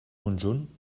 conjunt